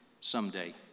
someday